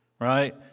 Right